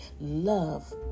love